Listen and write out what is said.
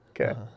okay